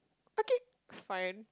okay fine